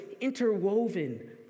interwoven